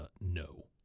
no